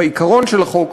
בעיקרון של החוק,